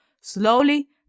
slowly